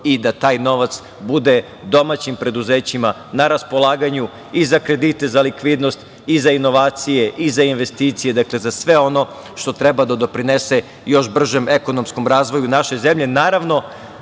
i da taj novac budu domaćim preduzećima na raspolaganju i za kredite, za likvidnost, za inovacije, za investicije, za sve ono što treba da doprinese još bržem ekonomskom razvoju naše